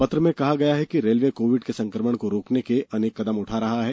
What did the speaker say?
पत्र में कहा गया है कि रेलवे कोविड के संकमण को रोकने के अनेक कदम उठा रहा है